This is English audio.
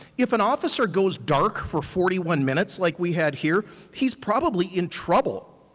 if an officer goes dark for forty one minutes like we had here, he's probably in trouble.